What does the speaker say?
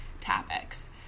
topics